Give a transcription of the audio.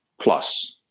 plus